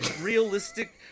realistic